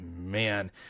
man